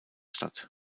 stadt